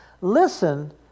Listen